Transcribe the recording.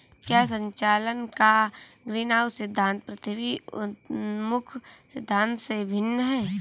क्या संचालन का ग्रीनहाउस सिद्धांत पृथ्वी उन्मुख सिद्धांत से भिन्न है?